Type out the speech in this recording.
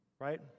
Right